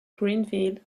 greenville